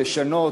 לשנות,